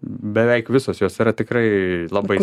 beveik visos jos yra tikrai labai